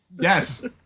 Yes